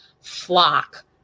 flock